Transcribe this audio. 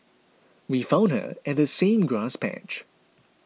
we found her at the same grass patch